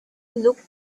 looked